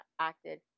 acted